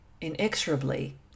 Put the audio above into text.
inexorably